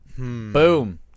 Boom